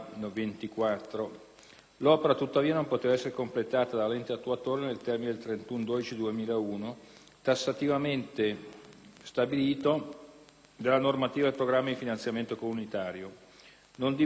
L'opera, tuttavia, non poteva essere completata dall'ente attuatore nel termine del 31 dicembre 2001 tassativamente stabilito dalla normativa del programma di finanziamento comunitario. Non di meno il Ministero